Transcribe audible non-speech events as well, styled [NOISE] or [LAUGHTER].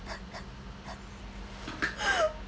[LAUGHS]